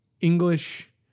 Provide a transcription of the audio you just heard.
English